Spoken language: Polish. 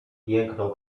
jęknął